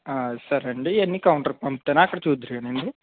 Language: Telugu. ఆ సరే అండి ఇవన్నీ కౌంటర్కి పంపుతాను అండి అక్కడ చూద్దురు కానీ అండి